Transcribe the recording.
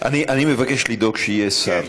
אני מבקש לדאוג שיהיה שר.